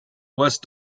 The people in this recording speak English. west